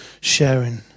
sharing